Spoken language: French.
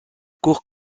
cour